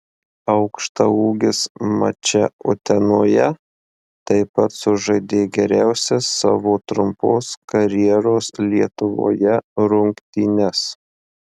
aukštaūgis mače utenoje taip pat sužaidė geriausias savo trumpos karjeros lietuvoje rungtynes